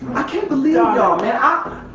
i can't believe y'all man. i